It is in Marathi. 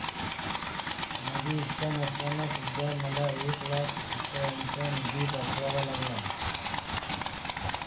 माझी इच्छा नसताना सुद्धा मला एक लाख रुपयांचा निधी पाठवावा लागला